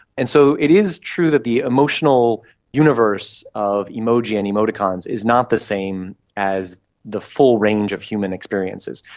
and so it is true that the emotional universe of emoji and emoticons is not the same as the full range of human experiences.